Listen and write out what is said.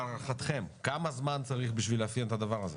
להערכתכם, כמה זמן צריך בשביל לאפיין את הדבר הזה?